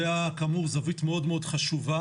זה היה כאמור זווית מאוד חשובה.